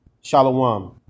Shalom